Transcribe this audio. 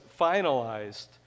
finalized